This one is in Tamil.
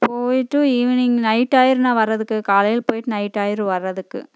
போய்விட்டு ஈவினிங் நைட்டு ஆகிரும்ணா வர்றதுக்கு காலையில் போய்விட்டு நைட் ஆகிரும் வரதுக்கு